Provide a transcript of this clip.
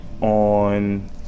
on